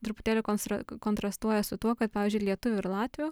truputėlį konsra kontrastuoja su tuo kad pavyzdžiui lietuvių ir latvių